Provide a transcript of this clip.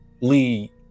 Lee